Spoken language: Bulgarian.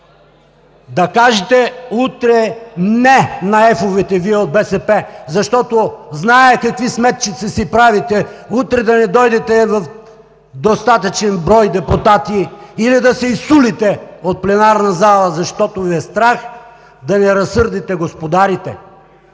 Да кажете утре „не“ на F овете Вие от БСП, защото зная какви сметчици си правите – утре да не дойдете в достатъчен брой депутати или да се изсулите от пленарна зала, защото Ви е страх да не разсърдите господарите,